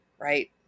right